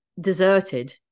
deserted